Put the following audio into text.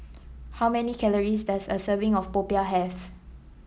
how many calories does a serving of popiah have